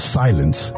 silence